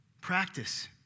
Practice